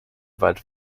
wald